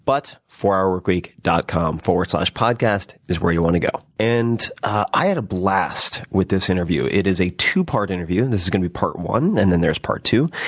but fourhourworkweek dot com, forward slash podcast is where you want to go. and i had a blast with this interview. it is a two-part interview. and this is going to be part one, and then there's part two.